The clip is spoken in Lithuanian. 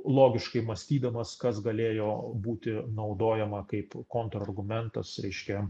logiškai mąstydamas kas galėjo būti naudojama kaip kontrargumentas reiškia